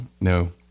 no